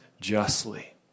justly